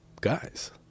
guys